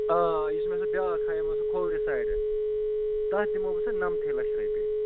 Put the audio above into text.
آ یُس مےٚ سُہ بیٛاکھ ہایومو سُہ کھوورِ سایڈ تَتھ دِمو بہٕ نَمتھٕے لَچھ رۄپیہِ